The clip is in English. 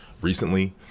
recently